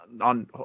on